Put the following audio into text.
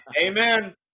Amen